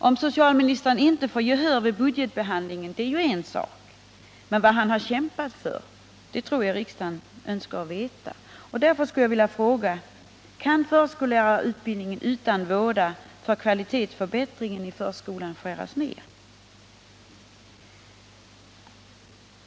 Om socialministern inte får gehör för sina krav i budgetbehandlingen är ju en sak, men vad han har kämpat för tror jag riksdagen önskar få veta. Därför skulle jag vilja fråga: Kan förskollärarutbildningen utan våda för kvalitetsförbättringen av förskolan skäras ner?